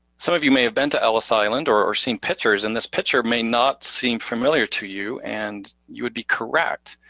some of you may have been to ellis island or seen pictures, and this picture may not seem familiar to you, and you would be correct,